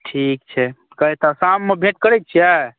ठीक छै तऽ शाममे भेँट करै छियै